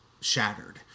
shattered